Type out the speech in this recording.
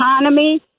economy